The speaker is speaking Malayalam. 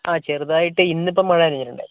ആ ചെറുതായിട്ട് ഇന്ന് ഇപ്പം മഴ നനഞ്ഞിട്ടുണ്ടായിരുന്നു